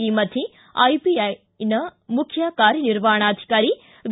ಈ ಮಧ್ಯ ಐಬಿಎನ ಮುಖ್ಯ ಕಾರ್ಯನಿರ್ವಹಣಾಧಿಕಾರಿ ವಿ